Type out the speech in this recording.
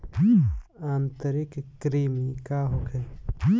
आंतरिक कृमि का होखे?